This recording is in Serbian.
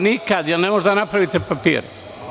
Nikad, jer ne možete da napravite papire.